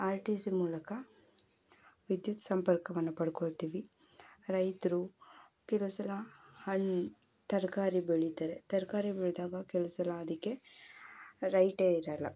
R T C ಮೂಲಕ ವಿದ್ಯುತ್ ಸಂಪರ್ಕವನ್ನು ಪಡ್ಕೊಳ್ತೀವಿ ರೈತರು ಕೆಲವು ಸಲ ಹಣ್ಣು ತರಕಾರಿ ಬೆಳಿತಾರೆ ತರಕಾರಿ ಬೆಳೆದಾಗ ಕೆಲವು ಸಲ ಅದಕ್ಕೆ ರೈಟೇ ಇರೋಲ್ಲ